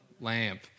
lamp